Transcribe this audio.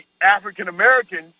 African-Americans